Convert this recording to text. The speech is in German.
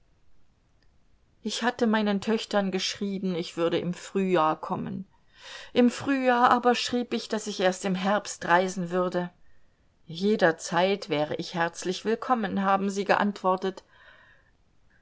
ich hatte meinen töchtern geschrieben ich würde im frühjahr kommen im frühjahr aber schrieb ich daß ich erst im herbst reisen würde jederzeit wäre ich herzlich willkommen haben sie geantwortet